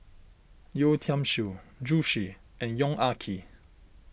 Yeo Tiam Siew Zhu Xu and Yong Ah Kee